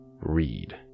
read